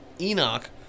Enoch